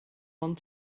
ond